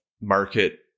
market